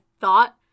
thought